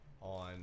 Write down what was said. on